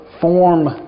form